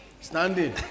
Standing